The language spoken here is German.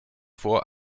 vor